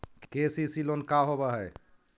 KCC loan का होब हइ?